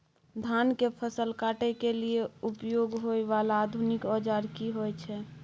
धान के फसल काटय के लिए उपयोग होय वाला आधुनिक औजार की होय छै?